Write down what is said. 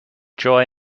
joy